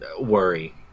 worry